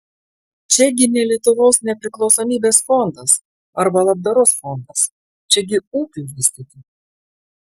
čiagi ne lietuvos nepriklausomybės fondas arba labdaros fondas čiagi ūkiui vystyti